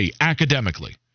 academically